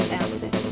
acid